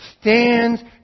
stands